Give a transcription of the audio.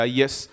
yes